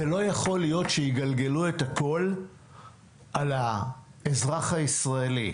לא יכול להיות שיגלגלו את הכול על האזרח הישראלי.